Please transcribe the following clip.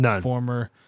former